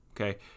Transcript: okay